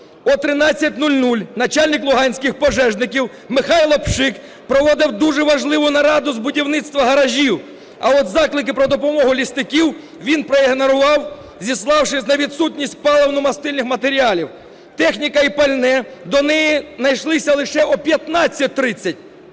О 13:00 начальник луганських пожежників Михайло Пшик проводив дуже важливу нараду з будівництва гаражів, а от заклики про допомогу лісників він проігнорував, зіславшись на відсутність паливно-мастильних матеріалів. Техніка і пальне знайшлися лише о 15:30,